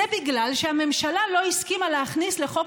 זה בגלל שהממשלה לא הסכימה להכניס לחוק